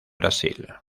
brasil